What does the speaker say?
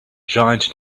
giant